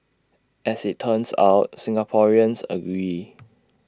as IT turns out Singaporeans agree